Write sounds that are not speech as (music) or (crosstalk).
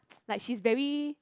(noise) like she's very